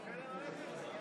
(הטבות מס ליישוב עירוני מעורב),